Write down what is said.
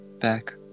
back